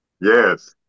Yes